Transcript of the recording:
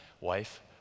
Wife